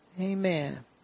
Amen